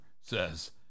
says